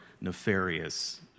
nefarious